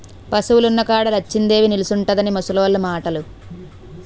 పశువులున్న కాడ లచ్చిందేవి నిలుసుంటుందని ముసలోళ్లు మాటలు